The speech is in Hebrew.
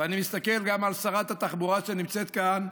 אני מסתכל גם על שרת התחבורה שנמצאת כאן,